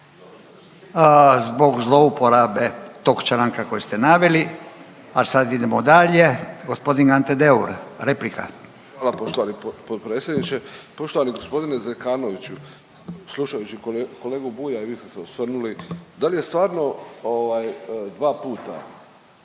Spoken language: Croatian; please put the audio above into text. zbog zlouporabe tog članka koji ste naveli a sad idemo dalje. Gospodin Ante Deur, replika. **Deur, Ante (HDZ)** Hvala poštovani potpredsjedniče. Poštovani gospodine Zekanoviću slušajući kolegu Bulja i vi ste se osvrnuli. Da li je stvarno 2 puta